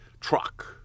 truck